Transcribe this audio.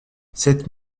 sept